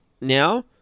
now